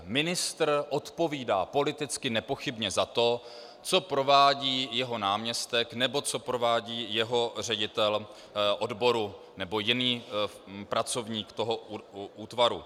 Ministr odpovídá politicky nepochybně za to, co provádí jeho náměstek nebo co provádí jeho ředitel odboru nebo jiný pracovník toho útvaru.